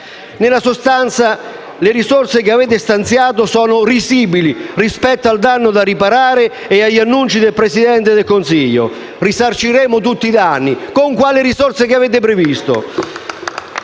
Nella sostanza, le risorse che avete stanziato sono risibili rispetto al danno da riparare e agli annunci del Presidente del Consiglio di risarcire tutti i danni. Con quali risorse? Con quelle previste?